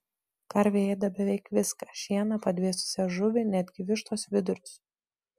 karvė ėda beveik viską šieną padvėsusią žuvį netgi vištos vidurius